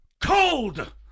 COLD